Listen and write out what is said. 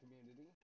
community